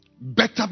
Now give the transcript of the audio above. better